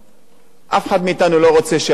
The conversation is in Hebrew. אף אחד מאתנו לא רוצה שהדוד שלו,